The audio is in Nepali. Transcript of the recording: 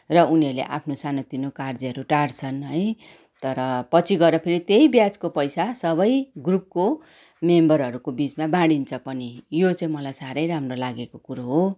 र उनीहरूले आफ्नो सानोतिनो कार्यहरू टार्छन् है तर पछि गएर फेरि त्यही ब्याजको पैसा सबै ग्रुपको मेम्बरहरूको बिचमा बाँडिन्छ पनि यो चाहिँ मलाई साह्रै राम्रो लागेको कुरो हो